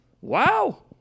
Wow